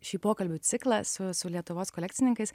šį pokalbių ciklą su su lietuvos kolekcininkais